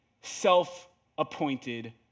self-appointed